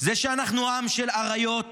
זה שאנחנו עם של אריות,